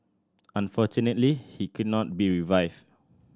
unfortunately he could not be revived